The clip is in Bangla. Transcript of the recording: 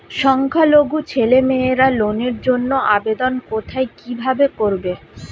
সংখ্যালঘু ছেলেমেয়েরা লোনের জন্য আবেদন কোথায় কিভাবে করবে?